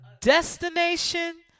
destination